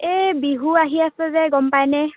এই বিহু আহি আছে যে গম পাইনে